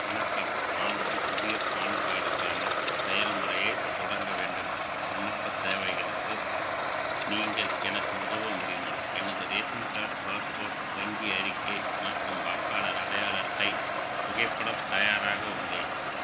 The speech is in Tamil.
வணக்கம் நான் ஒரு புதிய பான் கார்டுக்கான செயல்முறையைத் தொடங்க வேண்டும் விண்ணப்பத் தேவைகளுக்கு நீங்கள் எனக்கு உதவ முடியுமா எனது ரேஷன் கார்ட் பாஸ்போர்ட் வங்கி அறிக்கை மற்றும் வாக்காளர் அடையாள அட்டை புகைப்படம் தயாராக உள்ளேன்